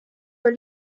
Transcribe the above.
dans